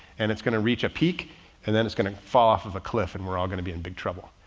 and it's going to reach a peak and then it's going to fall off of a cliff and we're all going to be in big trouble.